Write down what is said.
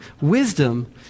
Wisdom